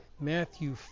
Matthew